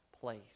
place